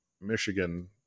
Michigan